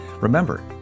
Remember